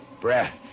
breath